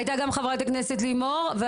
הייתה גם חברת הכנסת לימור,